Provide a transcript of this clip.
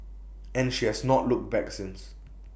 and she has not looked back since